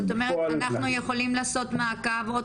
זאת אומרת: אנחנו יכולים לעשות מעקב בעוד